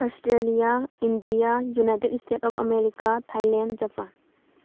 Australia India United state of America Thailand Japan